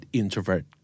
introvert